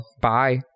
bye